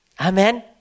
Amen